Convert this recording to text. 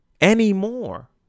anymore